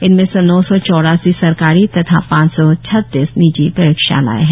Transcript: इनमें से नौ सौ चौरासी सरकारी तथा पांच सौ छत्तीस निजी प्रयोगशालाएं हैं